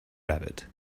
rabbit